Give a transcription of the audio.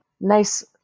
nice